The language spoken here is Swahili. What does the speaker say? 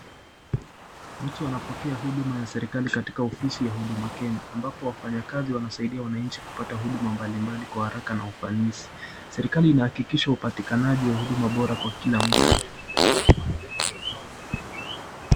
Mtu anapokea huduma ya serikali katika ofisi ya huduma Kenya ambapo wafanya kazi wanasaidia wananchi kupata huduma mbalimbali Kwa haraka na ufanisi, serikali imehakikisha upatikanaji wa huduma bora kwa kila mtu.